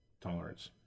tolerance